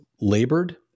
labored